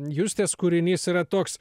justės kūrinys yra toks